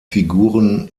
figuren